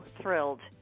thrilled